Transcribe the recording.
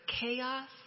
Chaos